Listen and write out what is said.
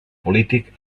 polític